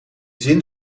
zin